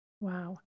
Wow